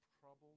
trouble